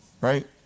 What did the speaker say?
right